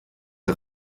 der